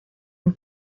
and